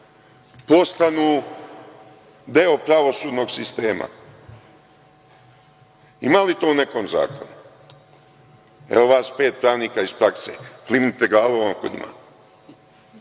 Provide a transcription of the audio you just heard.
postanu deo pravosudnog sistema. Ima li to u nekom zakonu? Evo, vas pet pravnika iz prakse, klimnite glavom ako ima.